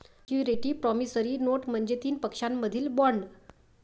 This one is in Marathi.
सिक्युरिटीज प्रॉमिसरी नोट म्हणजे तीन पक्षांमधील बॉण्ड